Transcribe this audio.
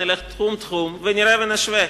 נלך תחום תחום, נראה ונשווה.